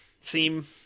seem